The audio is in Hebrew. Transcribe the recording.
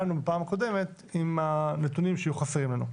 לנו בפעם הקודמת עם הנתונים שהיו חסרים לנו.